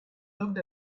looked